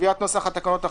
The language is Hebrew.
בקביעת נוסח התקנות החדשות,